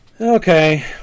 Okay